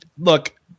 Look